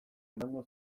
emango